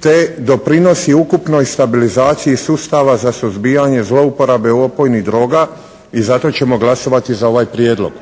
te doprinosi ukupnoj stabilizaciji sustava za suzbijanje zlouporabe opojnih droga i zato ćemo glasovati za ovaj prijedlog.